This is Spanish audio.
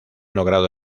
logrado